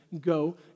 Go